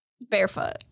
barefoot